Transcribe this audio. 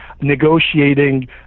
negotiating